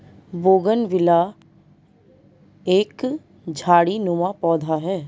bougainvillea एक झाड़ीनुमा पौधा है